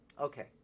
Okay